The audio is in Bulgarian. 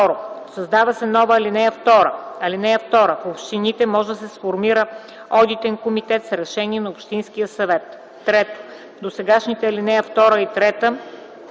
Създава се нова ал. 2: „(2) В общините може да се сформира одитен комитет с решение на общинския съвет.”